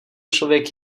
člověk